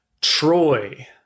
Troy